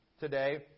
today